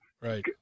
right